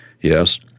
yes